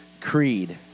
Creed